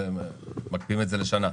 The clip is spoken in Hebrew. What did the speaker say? ומקפיאים את זה לשנה?